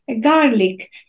garlic